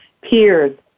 peers